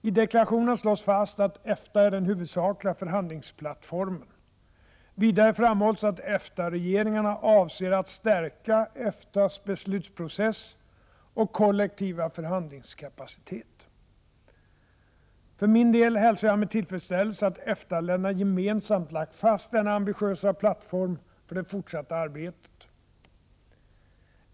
I deklarationen slås fast att EFTA är den huvudsakliga förhandlingsplattformen. Vidare framhålls att EFTA-regeringarna avser att stärka EFTA:s beslutsprocess och kollektiva förhandlingskapacitet. För min del hälsar jag med tillfredsställelse att EFTA-länderna gemensamt lagt fast denna ambitiösa plattform för det fortsatta arbetet.